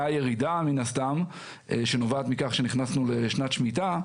היה ירידה מן הסתם שנובעת מכך שנכנסנו לשנת שמיטה,